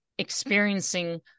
experiencing